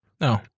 No